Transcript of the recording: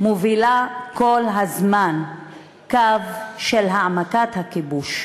מובילה כל הזמן קו של העמקת הכיבוש,